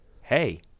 Hey